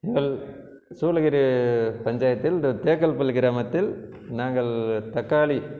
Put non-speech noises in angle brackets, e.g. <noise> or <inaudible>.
<unintelligible> சோழகிரி பஞ்சாயத்தில் இந்த தேக்கல்பள்ளி கிராமத்தில் நாங்கள் தக்காளி